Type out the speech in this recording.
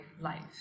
life